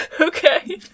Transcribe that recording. Okay